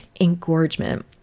engorgement